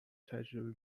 تجربه